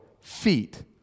feet